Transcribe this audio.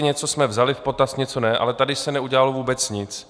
Něco jsme vzali v potaz, něco ne, ale tady se neudělalo vůbec nic.